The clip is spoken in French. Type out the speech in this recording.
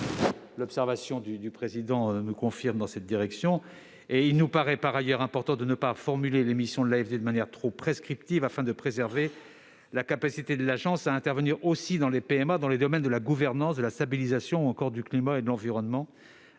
de la commission nous conforte dans cette direction ! Il me paraît par ailleurs important de ne pas formuler les missions de l'AFD de manière trop prescriptive afin de préserver la capacité de l'Agence à intervenir aussi dans les PMA dans les domaines de la gouvernance, de la stabilisation ou encore du climat et de l'environnement,